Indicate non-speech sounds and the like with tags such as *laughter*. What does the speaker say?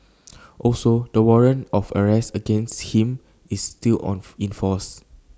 also the warrant of arrest against him is still *unintelligible* in force